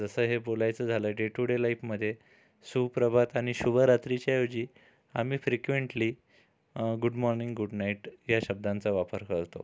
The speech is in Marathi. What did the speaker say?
जसं हे बोलायचं झालं डे टु डे लाइफमध्ये सुप्रभात आणि शुभरात्रीच्या ऐवजी आम्ही frequently good morning good night या शब्दांचा वापर करतो